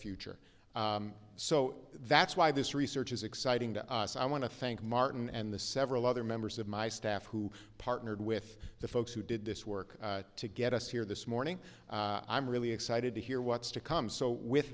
future so that's why this research is exciting to us i want to thank martin and the several other members of my staff who partnered with the folks who did this work to get us here this morning i'm really excited to hear what's to come so with